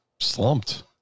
slumped